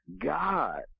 God